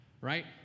right